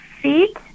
feet